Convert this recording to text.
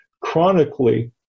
chronically